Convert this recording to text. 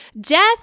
death